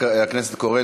חברת הכנסת קורן,